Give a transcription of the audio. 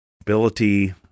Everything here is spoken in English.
ability